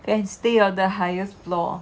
then stay on the highest floor